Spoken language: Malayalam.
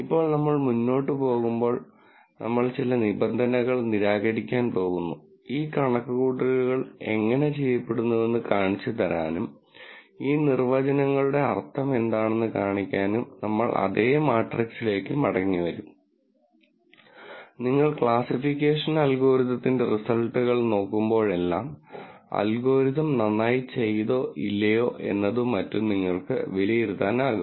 ഇപ്പോൾ നമ്മൾ മുന്നോട്ട് പോകുമ്പോൾ നമ്മൾ ചില നിബന്ധനകൾ നിരാകരിക്കാൻ പോകുന്നു ഈ കണക്കുകൂട്ടലുകൾ എങ്ങനെ ചെയ്യപ്പെടുന്നുവെന്ന് കാണിച്ചുതരാനും ഈ നിർവചനങ്ങളുടെ അർത്ഥം എന്താണെന്ന് കാണിക്കാനും നമ്മൾ അതേ മാട്രിക്സിലേക്ക് മടങ്ങിവരും നിങ്ങൾ ക്ലാസ്സിഫിക്കേഷൻ അൽഗോരിതത്തിന്റെ റിസൾട്ടുകൾ നോക്കുമ്പോഴെല്ലാം അൽഗോരിതം നന്നായി ചെയ്തോ ഇല്ലയോ എന്നതും മറ്റും നിങ്ങൾക്ക് വിലയിരുത്താനാകും